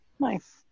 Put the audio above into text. Nice